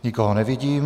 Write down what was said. Nikoho nevidím.